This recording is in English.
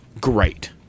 great